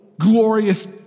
Glorious